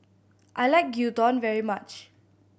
I like Gyudon very much